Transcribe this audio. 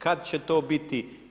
Kad će to biti?